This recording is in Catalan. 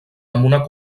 amb